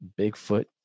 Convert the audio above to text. Bigfoot